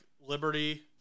Liberty